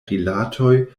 rilatoj